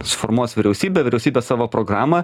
suformuos vyriausybę vyriausybė savo programą